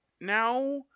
now